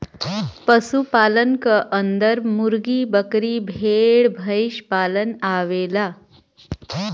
पशु पालन क अन्दर मुर्गी, बकरी, भेड़, भईसपालन आवेला